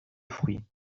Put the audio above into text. fruits